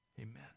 Amen